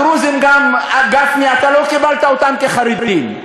הדרוזים גם, גפני, אתה לא קיבלת אותם כחרדים.